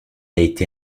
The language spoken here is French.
été